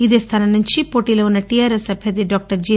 ఇదే స్థానం నుండి పోటీలో ఉన్న టిఆర్ఎస్ అభ్యర్థి డాక్టర్ జి